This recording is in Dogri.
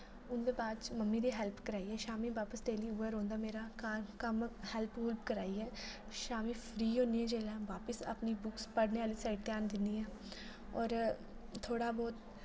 ओह्दे बाच मम्मी दी हेल्प कराइयै शामीं बापस डेली उ'ऐ रौह्ंदा मेरा घर क'म्म हेल्प कराइयै शामीं फ्री होनी जेल्लै बापस अपनी बुक्स पढ़ने आह्ली साइड ध्यान दि'न्नी आं होर थोह्ड़ा बहोत